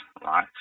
right